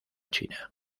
china